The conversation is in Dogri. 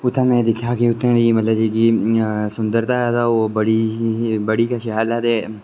उत्थै में दिक्खेआ कि उत्थै दी मतलब जेह्ड़ी इ'यां सुंदरता ऐ ते ओह् बड़ी गै शैल ऐ ते